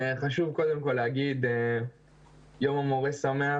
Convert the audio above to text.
חשוב קודם כל להגיד יום המורה שמח,